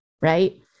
right